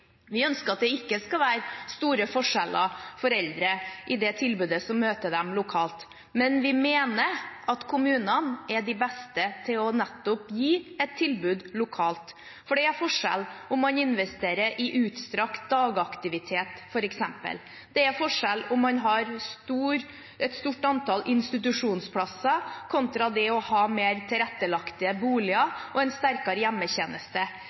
Vi ønsker at det ikke skal være store forskjeller for eldre i det tilbudet som møter dem lokalt, men vi mener at kommunene er de beste til nettopp å gi et tilbud lokalt. For det er forskjeller i om man investerer i utstrakt dagaktivitet, f.eks. Det er forskjeller i om man har et stort antall institusjonsplasser, kontra det å ha mer tilrettelagte boliger og en sterkere hjemmetjeneste.